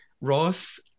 Ross